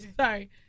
Sorry